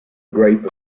grape